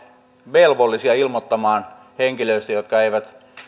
velvollisia ilmoittamaan henkilöistä